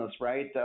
right